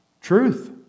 truth